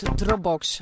dropbox